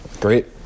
Great